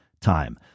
time